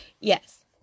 yes